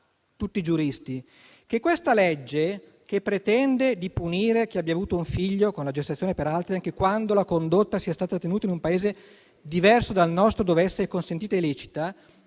un'opinione, ossia che questa legge che pretende di punire chi ha avuto un figlio con la gestazione per altri, anche quando la condotta sia stata tenuta in un Paese diverso dal nostro dove essa è consentita e lecita,